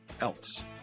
else